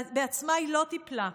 בעצמה היא לא טיפלה,